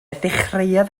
ddechreuodd